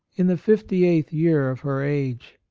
in the fifty eighth year of her age.